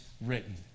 written